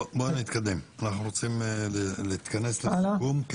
בוא נתקדם, אנחנו רוצים להתכנס לסיכום.